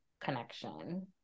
connection